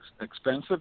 expensive